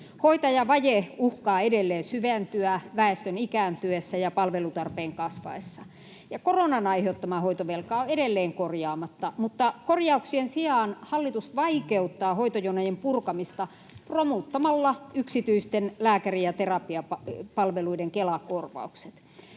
Hoitajavaje uhkaa edelleen syventyä väestön ikääntyessä ja palvelutarpeen kasvaessa, ja koronan aiheuttama hoitovelka on edelleen korjaamatta, mutta korjauksien sijaan hallitus vaikeuttaa hoitojonojen purkamista romuttamalla yksityisten lääkäri- ja terapiapalveluiden Kela-korvaukset.